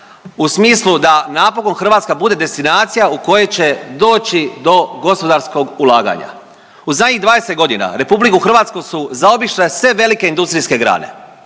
u smislu da napokon Hrvatska bude destinacija u kojoj će doći do gospodarskog ulaganja. U zadnjih 20.g. RH su zaobišle sve velike industrijske grane.